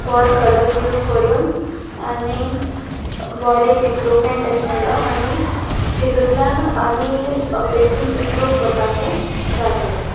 बोर colours use करून आनी बोर एक इम्प्रूवमेंट एस मेळ्ळो आनी तितूंतल्यान आनी पेंटींग इम्प्रूव कोरपाचे ट्राय केले